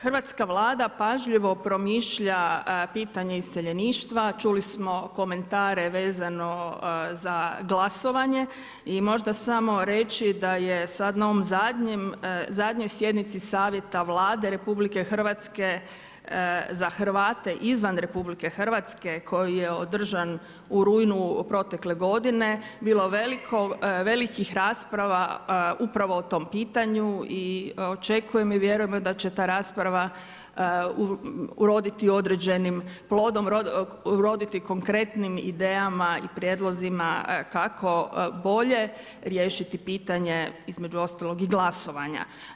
Hrvatska Vlada pažljivo promišlja pitanja iseljeništva, čuli smo komentare vezano za glasovanje i možda samo reći da je sada na ovoj zajednici Savjeta Vlade RH za Hrvate izvan RH koji je održan u rujnu protekle godine bilo velikih rasprava upravo o tom pitanju i očekujem i vjerujemo da će ta rasprava uroditi određenim plodom, uroditi konkretnim idejama i prijedlozima kako bolje riješiti pitanje između ostalog i glasovanja.